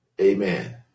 Amen